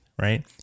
right